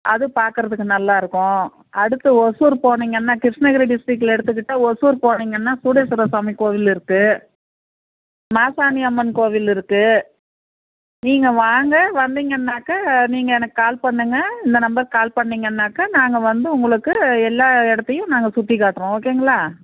அது பார்க்குறதுக்கு நல்லா இருக்கும் அடுத்து ஒசூர் போனீங்கன்னால் கிருஷ்ணகிரி டிஸ்ட்ரிக்கில் எடுத்துக்கிட்டால் ஒசூர் போனீங்கன்னால் சூடசுவரர் சுவாமி கோவில் இருக்குது மாசாணி அம்மன் கோவில் இருக்குது நீங்கள் வாங்க வந்தீங்கனாக்கால் நீங்கள் எனக்கு கால் பண்ணுங்க இந்த நம்பருக்கு கால் பண்ணிங்கனாக்கால் நாங்கள் வந்து உங்களுக்கு எல்லா இடத்தையும் நாங்கள் சுற்றிக் காட்டுறோம் ஓகேங்களா